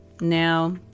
Now